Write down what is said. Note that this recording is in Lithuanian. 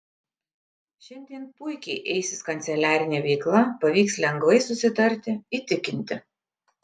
šiandien puikiai eisis kanceliarinė veikla pavyks lengvai susitarti įtikinti